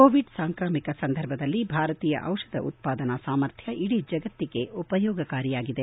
Covid ಸಾಂಕ್ರಾಮಿಕ ಸಂದರ್ಭದಲ್ಲಿ ಭಾರತೀಯ ಚಿಷಧ ಉತ್ಪಾದನಾ ಸಾಮರ್ಥ್ಯ ಇಡೀ ಜಗತ್ತಿಗೆ ಉಪಯೋಗಕಾರಿಯಾಗಿದೆ